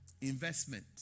investment